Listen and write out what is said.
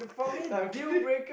no I'm kidding